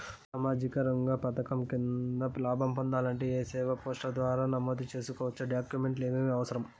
సామాజిక రంగ పథకం కింద లాభం పొందాలంటే ఈ సేవా పోర్టల్ ద్వారా పేరు నమోదు సేసుకోవచ్చా? డాక్యుమెంట్లు ఏమేమి అవసరం?